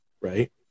right